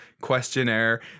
questionnaire